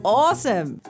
awesome